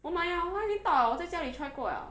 我买 liao 我已经到 liao 我在家里 try 过 liao